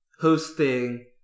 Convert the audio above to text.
hosting